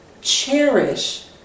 cherish